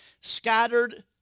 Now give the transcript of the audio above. scattered